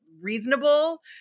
reasonable